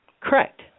correct